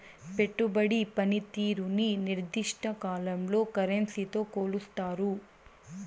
పెట్టుబడి పనితీరుని నిర్దిష్ట కాలంలో కరెన్సీతో కొలుస్తారు